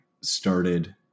started